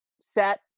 set